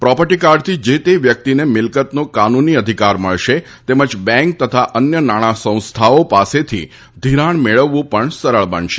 property કાર્ડથી જે તે વ્યકિતને મિલકતનો કાનૂની અધિકાર મળશે તેમજ બેંક તથા અન્ય નાણાં સંસ્થાઓ પાસેથી ઘિરાણ મેળવવું પણ સરળ બનશે